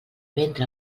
ventre